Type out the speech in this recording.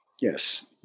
yes